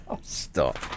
Stop